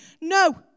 no